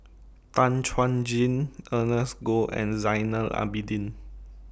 Tan Chuan Jin Ernest Goh and Zainal Abidin